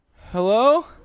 Hello